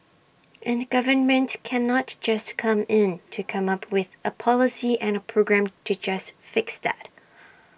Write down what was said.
and governments cannot just come in to come up with A policy and A program to just fix that